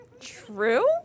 True